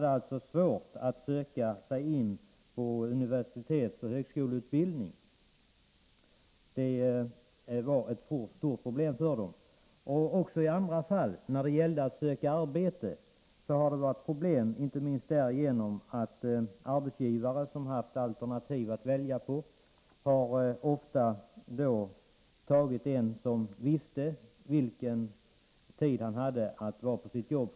De har därför haft svårt att söka in till universitetsoch högskoleutbildning. Det har funnits problem också för dem som velat söka arbete, inte minst genom att arbetsgivare som haft alternativ helst har tagit en sökande som vetat vilken tid han framöver kunde vara på sitt jobb.